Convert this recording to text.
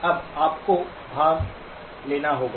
अब आपको भाग लेना होगा